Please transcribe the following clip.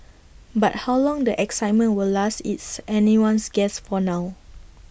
but how long the excitement will last its anyone's guess for now